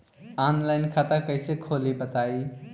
Online खाता कइसे खोली बताई?